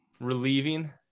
relieving